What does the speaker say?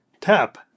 tap